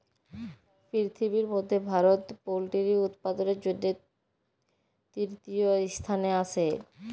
পিরথিবির ম্যধে ভারত পোলটিরি উৎপাদনের জ্যনহে তীরতীয় ইসথানে আসে